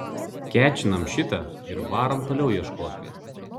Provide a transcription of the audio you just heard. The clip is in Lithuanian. kečinam šitą ir varom toliau ieškot